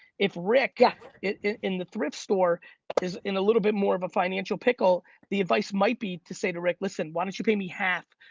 if rick yeah in the thrift store is in a little bit more of a financial pickle, the advice might be to say to rick, listen, why don't you pay me half,